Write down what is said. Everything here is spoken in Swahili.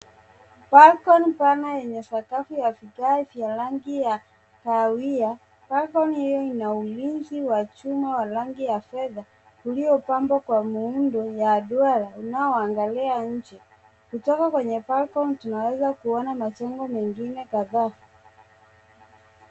Balcony pana yenye sakafu ya vigae vya rangi ya kahawia. Balcony hio ina ulinzi wa chuma wa rangi ya fedha uliopambwa kwa muundo ya duara unaoangalia nje. Kutoka kwenye balcony tunaweza kuona majengo mengine kadhaa.